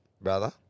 Brother